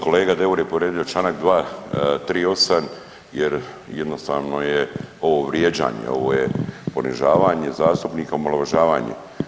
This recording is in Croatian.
Kolega Deur je povrijedio čl. 238 jer jednostavno je ovo vrijeđanje, ovo je ponižavanje zastupnika, omalovažavanje.